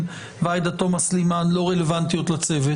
ועאידה תומא סלימאן לא רלוונטיות לצוות.